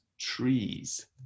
trees